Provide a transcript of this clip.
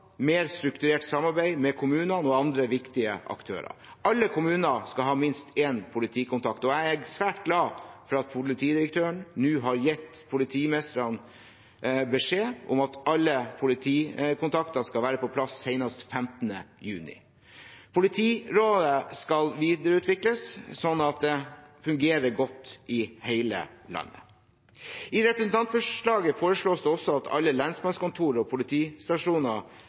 mer strukturert samarbeid med kommunene og andre viktige aktører. Alle kommuner skal ha minst én politikontakt, og jeg er svært glad for at politidirektøren nå har gitt politimestrene beskjed om at alle politikontakter skal være på plass senest 15. juni. Politirådet skal videreutvikles sånn at det fungerer godt i hele landet. I representantforslaget foreslås det også at alle lensmannskontor og politistasjoner